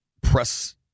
press